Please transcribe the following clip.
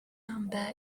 number